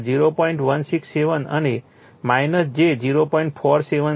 167 અને j 0